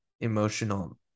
emotional